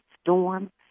storm